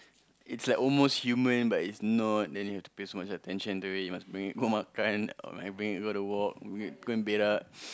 it's like almost human but it's not then you have to pay some much attention to it you must bring it go makan or bring it go to walk go go and berak